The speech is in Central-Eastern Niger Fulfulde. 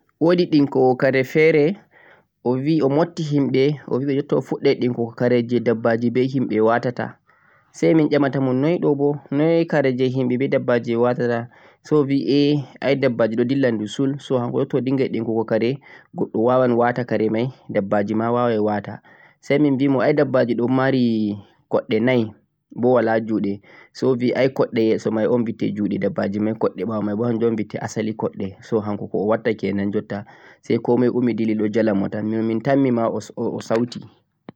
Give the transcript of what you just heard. woodi ɗinkowo kare feere, o bi o motti himɓe, o bi jotta o fuɗɗay ɗinkugo kare jee dabbaji be himɓe waatata, say min ƴamatamo noy ɗo bo, noy kare himɓe be dabbaji waatata? Say o bi a' ay dabbaji ɗo dilla ndusul so hanko jotta o dinngay ɗinkugo kare, goɗɗo waaway waata kare may dabbaji ma waaway waata. Say min mibi ay dabbaji ɗo mari koɗɗe nay, bo walaa ju'ɗe, say o bi ay koɗɗe yeso may un bite ju'ɗe dabbaji may, koɗɗe may boo hannjum un bitte asali koɗɗe, so hanko ko o watta kenan jotta say ko moy ummi dilli ɗo jalina mo tan min min tammi ma o sawti.